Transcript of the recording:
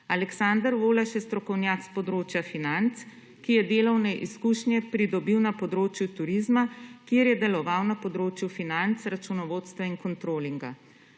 Aleksander Volaš je strokovnjak s področja financ, ki je delovne izkušnje pridobil na področju turizma, kjer je deloval na področju financ, računovodstva in kontrolinga.